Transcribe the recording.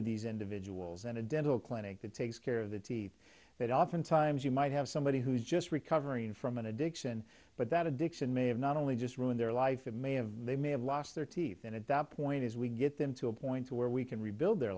of these individuals and a dental clinic that takes care of the teeth that oftentimes you might have somebody who is just recovering from an addiction but that addiction may have not only just ruined their life it may have they may have lost their teeth and at that point as we get them to a point where we can rebuild their